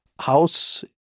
House